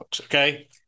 okay